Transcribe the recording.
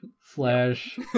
Slash